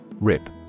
RIP